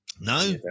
No